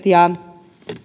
ja